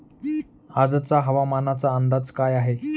आजचा हवामानाचा अंदाज काय आहे?